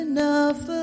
Enough